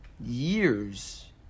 years